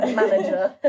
manager